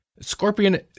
Scorpion